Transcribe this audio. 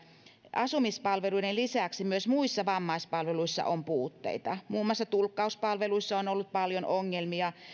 asumispalveluiden lisäksi myös muissa vammaispalveluissa on puutteita muun muassa tulkkauspalveluissa on ollut paljon ongelmia